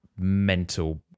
mental